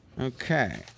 Okay